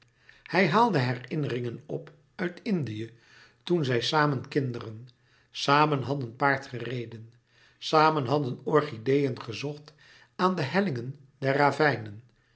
hij haalde herinneringen op uit indië toen zij samen kinderen samen hadden paard gereden samen hadlouis couperus metamorfoze den orchideeën gezocht aan de hellingen der ravijnen